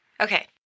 Okay